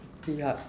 ya